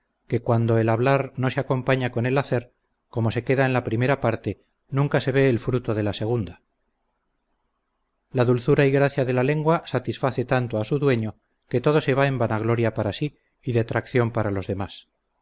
que cuando el hablar no se acompaña con el hacer como se queda en la primera parte nunca se ve el fruto de la segunda la dulzura y gracia de la lengua satisface tanto a su dueño que todo se va en vanagloria para sí y detracción para los demás